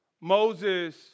Moses